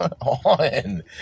on